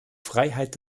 freiheit